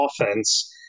offense